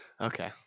Okay